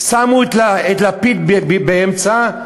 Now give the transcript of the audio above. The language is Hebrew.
שמו את לפיד באמצע,